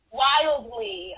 wildly